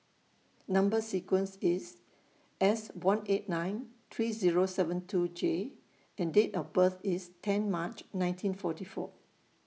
Number sequence IS S one eight nine three Zero seven two J and Date of birth IS ten March nineteen forty four